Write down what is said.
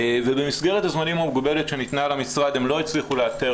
במסגרת הזמנים המוגבלת שניתנה למשרד הם לא הצליחו לאתר